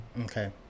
okay